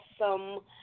awesome